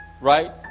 right